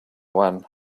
one